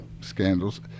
scandals